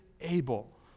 able